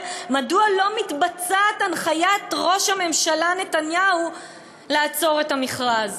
מדוע לא מתבצעת הנחיית ראש הממשלה נתניהו לעצור את המכרז.